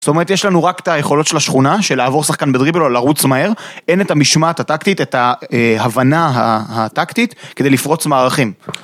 זאת אומרת, יש לנו רק את היכולות של השכונה, של לעבור שחקן בדריבלול, לרוץ מהר, אין את המשמעת הטקטית, את ההבנה הטקטית, כדי לפרוץ מערכים.